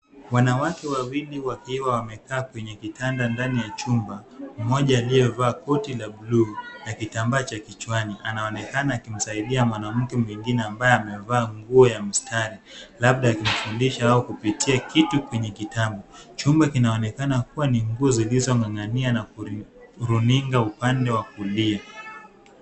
Wanawake wawili wakiwa wamekaa kwenye kitanda ndani ya chumba. Mmoja aliyevaa koti la buluu na kitambaa cha kichwani anaonekana akimsaidia mwanamke mwingine ambaye amevaa nguo ya mistari labda akimfundisha au kupitia kitu kwenye kitabu. Chumba kinaonekana kuwa na nguo zilizoning'nia na runinga upande wa kulia.